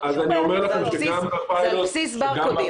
אז אני אומר לכם שגם בפיילוט זה על בסיס ברקודים.